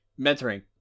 Mentoring